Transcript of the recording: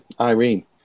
Irene